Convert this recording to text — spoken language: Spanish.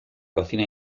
cocina